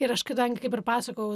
ir aš kadangi kaip ir pasakojau